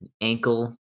ankle